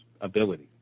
ability